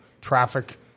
traffic